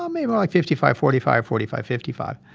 um maybe like fifty five forty five, forty five fifty five.